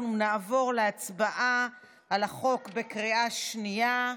נעבור להצבעה על החוק בקריאה שנייה.